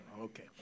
Okay